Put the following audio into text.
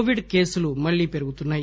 Covid కేసులు మళ్లీ పెరుగుతున్నాయి